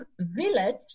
village